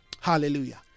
Hallelujah